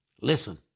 listen